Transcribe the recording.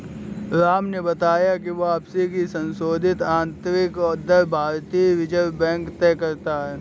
राम ने बताया की वापसी की संशोधित आंतरिक दर भारतीय रिजर्व बैंक तय करता है